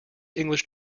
english